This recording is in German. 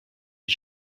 die